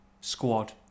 squad